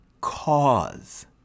cause